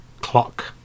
clock